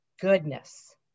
goodness